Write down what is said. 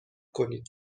کنید